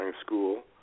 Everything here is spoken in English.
school